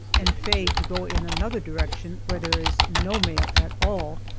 and faye to go in another direction where there is no mail at all,